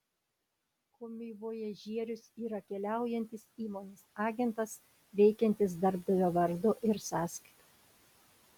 komivojažierius yra keliaujantis įmonės agentas veikiantis darbdavio vardu ir sąskaita